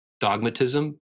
dogmatism